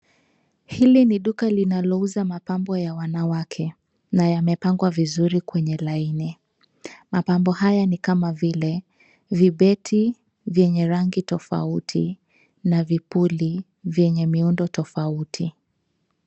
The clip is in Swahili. Hili ni duka linalouza mapambo ya wanawake, na yamepangwa vizuri kwenye laini. Mapambo haya ni kama vile vibeti vyenye rangi tofauti na vipuli vyenye muundo tofauti.